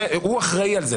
הוא אחראי על זה.